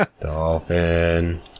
Dolphin